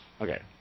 Okay